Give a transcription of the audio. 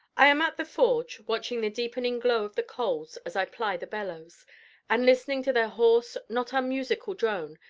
i am at the forge, watching the deepening glow of the coals as i ply the bellows and, listening to their hoarse, not unmusical drone,